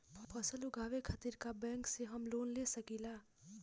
फसल उगावे खतिर का बैंक से हम लोन ले सकीला?